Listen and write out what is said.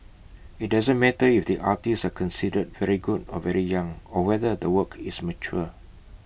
IT doesn't matter if the artists are considered very good or very young or whether the work is mature